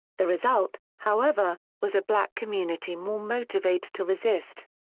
the result, however, was a black community more motivated to resist.